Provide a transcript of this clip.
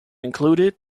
included